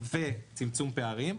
וצמצום פערים.